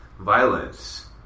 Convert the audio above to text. violence